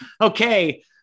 okay